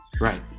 Right